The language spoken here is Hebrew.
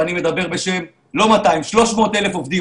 ואני מדבר בשם 300,000 עובדים,